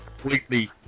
completely